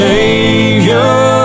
Savior